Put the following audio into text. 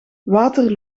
water